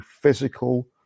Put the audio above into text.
physical